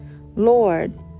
Lord